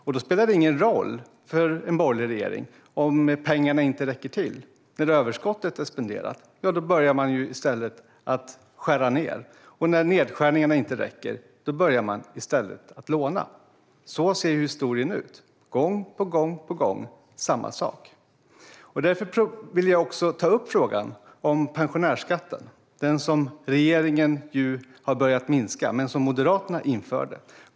För en borgerlig regering spelar det ingen roll om pengarna inte räcker till. När överskottet är spenderat börjar man i stället skära ned, och när nedskärningarna inte räcker börjar man låna. Så ser historien ut - gång på gång samma sak. Jag vill därför ta upp frågan om pensionärsskatten, som regeringen har börjat sänka men som Moderaterna införde.